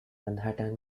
manhattan